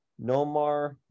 Nomar